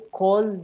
call